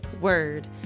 Word